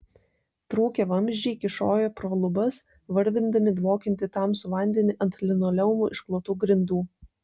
trūkę vamzdžiai kyšojo pro lubas varvindami dvokiantį tamsų vandenį ant linoleumu išklotų grindų